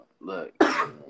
Look